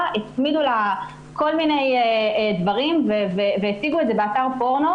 ,הצמידו לה כל מיני דברים והציגו את זה באתר פורנו.